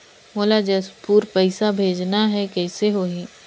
मोला जशपुर पइसा भेजना हैं, कइसे होही?